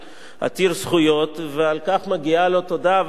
עתיר זכויות, ועל כך מגיעות לו תודה והערכה